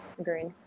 Agreed